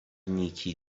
نیکی